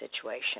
situation